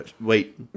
Wait